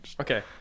okay